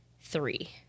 three